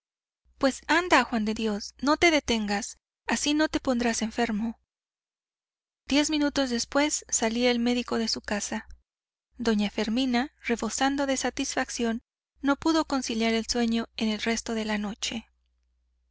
pues anda juan de dios no te detengas así no te pondrás enfermo diez minutos después salía el médico de su casa doña fermina rebosando de satisfacción no pudo conciliar el sueño en el resto de la noche